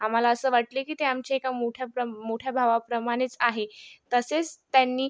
आम्हाला असं वाटले की ते आमच्या एका मोठ्या भावाप्रमाणेच आहे तसेच त्यांनी